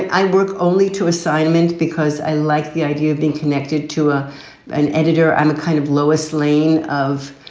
i work only to assignment because i like the idea of being connected to ah an editor. i'm a kind of lois lane of.